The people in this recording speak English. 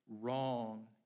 wrong